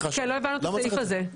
כן, לא הבנו את הסעיף הזה.